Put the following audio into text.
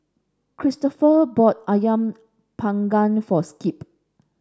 Kristofer bought Ayam panggang for Skip